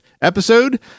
episode